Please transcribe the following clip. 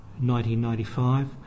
1995